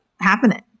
happening